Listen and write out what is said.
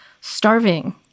starving